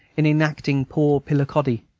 in enacting poor pillicoddy.